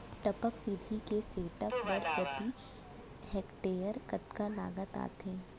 टपक विधि के सेटअप बर प्रति हेक्टेयर कतना लागत आथे?